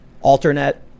Alternate